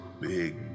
big